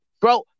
bro